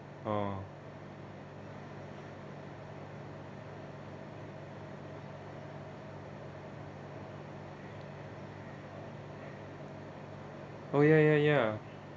oh oh ya ya ya